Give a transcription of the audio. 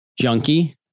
junkie